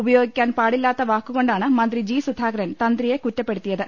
ഉപയോ ഗിക്കാൻ പാടില്ലാത്ത വാക്ക് കൊണ്ടാണ് മന്ത്രി ജി സുധാകരൻ തന്തിയെ കുറ്റപ്പെടുത്തിയത്